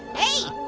hey,